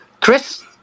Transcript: Chris